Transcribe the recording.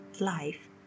life